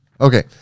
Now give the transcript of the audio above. Okay